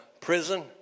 prison